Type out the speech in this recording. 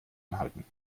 anhalten